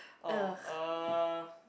oh uh